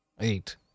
Eight